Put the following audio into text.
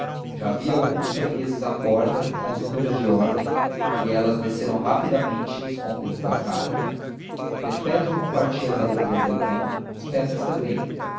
já havia alguns fregueses à porta com os números de ordem e elas desceram rapidamente escondendo a cara perpétua compartia as alegrias da irmã as pedras também